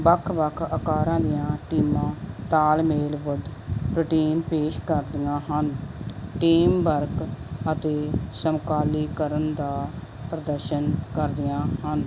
ਵੱਖ ਵੱਖ ਆਕਾਰਾਂ ਦੀਆਂ ਟੀਮਾਂ ਤਾਲਮੇਲਬੱਧ ਰੂਟੀਨ ਪੇਸ਼ ਕਰਦੀਆਂ ਹਨ ਟੀਮ ਵਰਕ ਅਤੇ ਸਮਕਾਲੀ ਕਰਨ ਦਾ ਪ੍ਰਦਰਸ਼ਨ ਕਰਦੀਆਂ ਹਨ